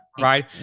right